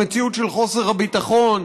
למציאות של חוסר הביטחון,